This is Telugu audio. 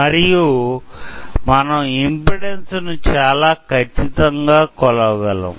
మరియు మనం ఇంపిడెన్సు ను చాలా ఖచ్చితంగా కనుగొనగలము